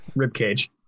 ribcage